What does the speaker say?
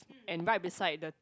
and right beside the